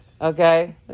okay